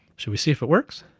should we see if it works?